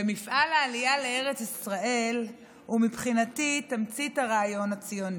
ומפעל העלייה לארץ ישראל הוא מבחינתי תמצית הרעיון הציוני.